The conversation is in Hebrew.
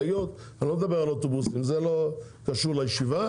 אני לא מדבר על האוטובוסים, זה לא קשור לישיבה,